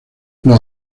los